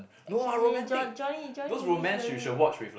actually John Johnny Johnny-English very